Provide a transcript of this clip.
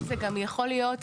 אדוני, זה גם יכול להיות נימוק.